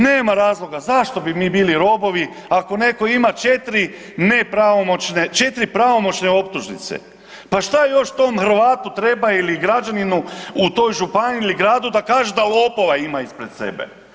Nema razloga zašto bi mi bili robovi ako netko ima četiri nepravomoćne, četiri pravomoćne optužnice pa što još tom Hrvatu treba ili građaninu u toj županiji ili gradu da kaže da lopova ima ispred sebe.